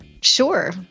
Sure